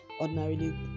Ordinarily